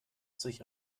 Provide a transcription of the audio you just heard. sich